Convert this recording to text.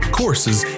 courses